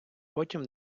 потім